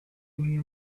running